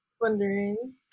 wondering